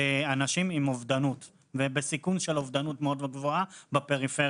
באנשים עם אובדנות ובסיכון של אובדנות מאוד-מאוד גבוהה בפריפריה.